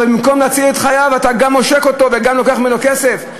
אבל במקום להציל את חייו אתה גם עושק אותו וגם לוקח ממנו כסף?